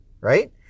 right